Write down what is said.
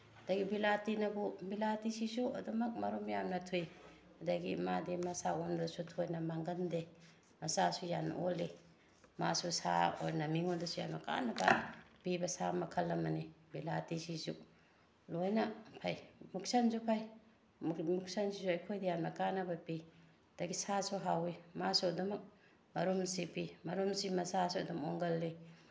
ꯑꯗꯒꯤ ꯕꯤꯂꯥꯇꯤꯅꯕꯨ ꯕꯤꯂꯥꯇꯤꯁꯤꯁꯨ ꯑꯗꯨꯃꯛ ꯃꯔꯨꯝ ꯌꯥꯝꯅ ꯊꯨꯏ ꯑꯗꯒꯤ ꯃꯥꯗꯤ ꯃꯆꯥ ꯑꯣꯟꯕꯗꯁꯨ ꯊꯣꯏꯅ ꯃꯥꯡꯒꯟꯗꯦ ꯃꯆꯥꯁꯨ ꯌꯥꯝꯅ ꯑꯣꯜꯂꯤ ꯃꯥꯁꯨ ꯁꯥ ꯑꯣꯏꯅ ꯃꯤꯉꯣꯟꯗꯁꯨ ꯌꯥꯝꯅ ꯀꯥꯅꯕ ꯄꯤꯕ ꯁꯥ ꯃꯈꯜ ꯑꯃꯅꯤ ꯕꯤꯂꯥꯇꯤꯁꯤꯁꯨ ꯂꯣꯏꯅ ꯐꯩ ꯃꯨꯛꯁꯟꯁꯨ ꯐꯩ ꯃꯨꯛꯁꯟꯁꯤꯁꯨ ꯑꯩꯈꯣꯏꯗ ꯌꯥꯝꯅ ꯀꯥꯅꯕ ꯄꯤ ꯑꯗꯒꯤ ꯁꯥꯁꯨ ꯍꯥꯎꯋꯤ ꯃꯥꯁꯨ ꯑꯗꯨꯃꯛ ꯃꯔꯨꯝꯁꯤ ꯄꯤ ꯃꯔꯨꯝꯁꯤ ꯃꯆꯥꯁꯨ ꯑꯗꯨꯝ ꯑꯣꯡꯒꯜꯂꯤ